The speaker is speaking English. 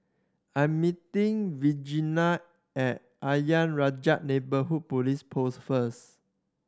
I am meeting Virginia at Ayer Rajah Neighbourhood Police Post first